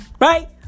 right